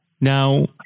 now